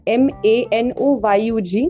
manoyug